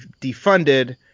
Defunded